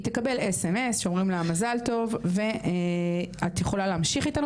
תקבל sms שאומרים לה מזל טוב ואת יכולה להמשיך איתנו